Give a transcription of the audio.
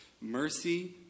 mercy